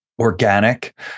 organic